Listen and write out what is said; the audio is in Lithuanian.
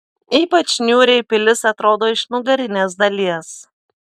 ypač niūriai pilis atrodo iš nugarinės dalies